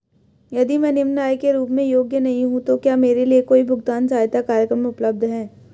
यदि मैं निम्न आय के रूप में योग्य नहीं हूँ तो क्या मेरे लिए कोई भुगतान सहायता कार्यक्रम उपलब्ध है?